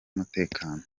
umutekano